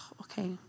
okay